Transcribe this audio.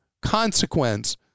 consequence